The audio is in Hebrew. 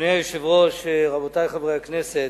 אדוני היושב-ראש, רבותי חברי הכנסת,